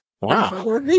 Wow